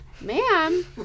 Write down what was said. ma'am